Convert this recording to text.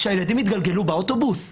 שהילדים יתגלגלו באוטובוס?